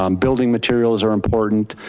um building materials are important.